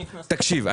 תקשיב,